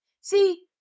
see